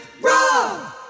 run